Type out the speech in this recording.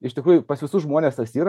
iš tikrųjų pas visus žmones tas yra